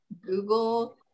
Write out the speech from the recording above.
Google